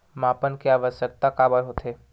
मापन के आवश्कता काबर होथे?